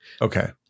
Okay